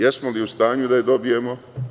Jesmo li u stanju da je dobijemo?